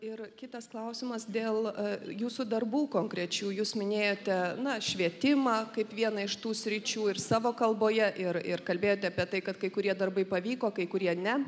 ir kitas klausimas dėl jūsų darbų konkrečių jūs minėjote na švietimą kaip vieną iš tų sričių ir savo kalboje ir ir kalbėjote apie tai kad kai kurie darbai pavyko kai kurie ne